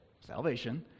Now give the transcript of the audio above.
salvation